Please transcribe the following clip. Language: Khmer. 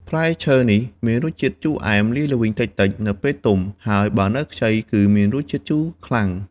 ផ្លែឈើនេះមានរសជាតិជូរអែមលាយល្វីងតិចៗ នៅពេលទុំ ហើយបើនៅខ្ចីគឺមានរសជាតិជូរខ្លាំង។